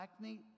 acne